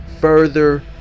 further